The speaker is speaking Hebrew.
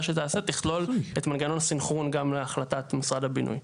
שתעשה תכלול מנגנון סנכרון גם להחלטת משרד הבינוי.